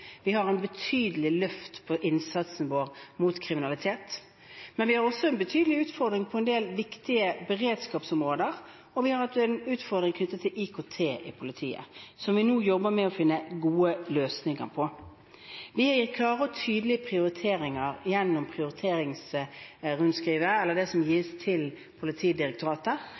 Vi har et betydelig løft når det gjelder innsatsen mot kriminalitet, men vi har også en betydelig utfordring på en del viktige beredskapsområder, og vi har en utfordring knyttet til IKT i politiet, som vi nå jobber med å finne gode løsninger for. Vi har gitt klare og tydelige prioriteringer gjennom prioriteringsrundskrivet som gis til Politidirektoratet.